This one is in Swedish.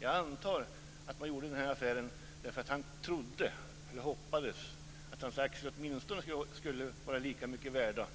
Jag antar att han gjorde affären för att han trodde eller hoppades att hans aktier skulle vara åtminstone lika mycket värda